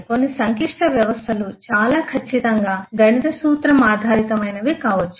కొన్నిసంక్లిష్ట వ్యవస్థలు చాలా ఖచ్చితంగా గణిత సూత్రం ఆధారితమైనవి కావచ్చు